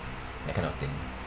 that kind of thing